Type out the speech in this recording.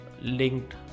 linked